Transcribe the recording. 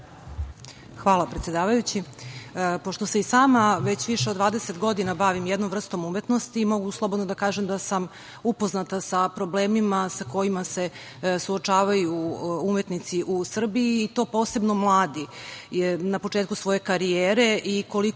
Hvala, predsedavajući. Pošto se i sama već više od 20 godina bavim jednom vrstom umetnosti i mogu slobodno da kažem da sam upoznata sa problemima sa kojima se suočavaju umetnici u Srbiji i to posebno mladi na početku svoje karijere i koliko